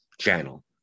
channel